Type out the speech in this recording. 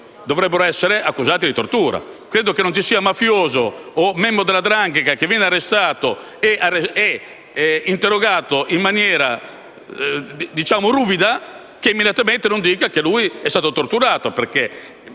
dovrebbero essere accusati di tortura. Credo che non ci sia mafioso o membro della 'ndrangheta che venga arrestato e interrogato in maniera ruvida, che non dirà immediatamente che è stato torturato,